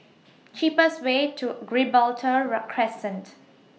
cheapest Way to Gibraltar Rock Crescent